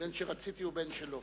בין שרציתי ובין שלא.